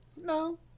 No